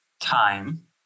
time